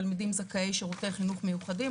תלמידים זכאי שירותי חינוך מיוחדים,